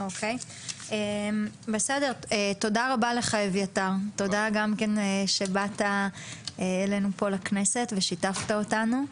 אביתר, תודה רבה לך שהגעת לכנסת ושיתפת אותנו.